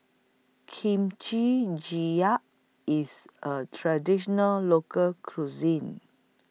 Kimchi Jjigae IS A Traditional Local Cuisine